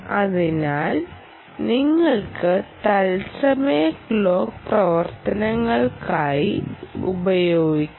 അതിനാൽ നിങ്ങൾക്ക് തത്സമയ ക്ലോക്ക് പ്രവർത്തനങ്ങൾക്കായി ഉപയോഗിക്കാം